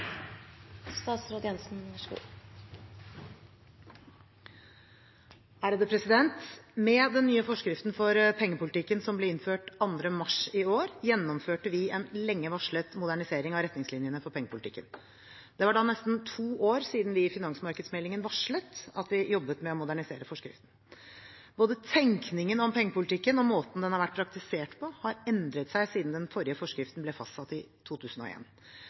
Med den nye forskriften for pengepolitikken som ble innført 2. mars i år, gjennomførte vi en lenge varslet modernisering av retningslinjene for pengepolitikken. Det var da nesten to år siden vi i finansmarkedsmeldingen varslet at vi jobbet med å modernisere forskriften. Både tenkningen om pengepolitikken og måten den har vært praktisert på, har endret seg siden den forrige forskriften ble fastsatt i